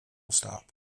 stop